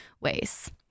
ways